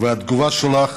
והתגובה שלך